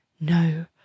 no